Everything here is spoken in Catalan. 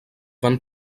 van